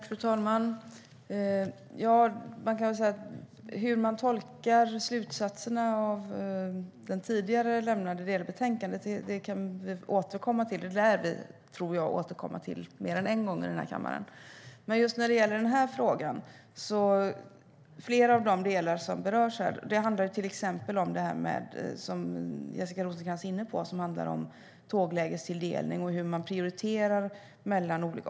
Fru talman! Hur man tolkar slutsatserna i det tidigare lämnade delbetänkandet lär vi återkomma till mer än en gång här i kammaren. Men just när det gäller den här frågan: De delar som berörs handlar till exempel om det Jessica Rosencrantz var inne på, tåglägestilldelning och hur man prioriterar.